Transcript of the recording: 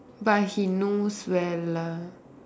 but he knows where lah